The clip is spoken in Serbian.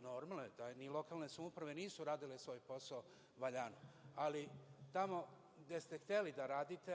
Normalno je da ni lokalne samouprave nisu radile svoj posao valjano, ali, tamo gde ste hteli da radite,